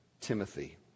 Timothy